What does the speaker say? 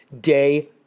day